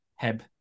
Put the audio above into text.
Heb